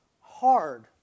hard